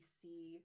see